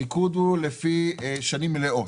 משך הזכאות הניקוד הוא לפי שנים מלאות.